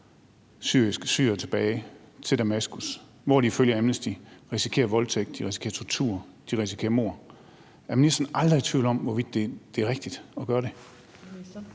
syrere tilbage til Damaskus, hvor de ifølge Amnesty International risikerer voldtægt, de risikerer tortur, de risikerer at blive myrdet? Er ministeren aldrig i tvivl om, hvorvidt det er rigtigt at gøre det?